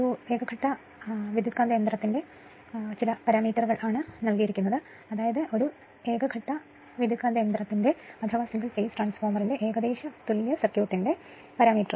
4 KVA 200 400 volt 50 Hertz single phase ട്രാൻസ്ഫോർമറിന്റെ ഏകദേശ തുല്യ സർക്യൂട്ടിന്റെ പാരാമീറ്ററുകൾ